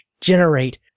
generate